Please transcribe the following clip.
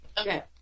Okay